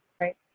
Right